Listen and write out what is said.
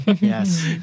yes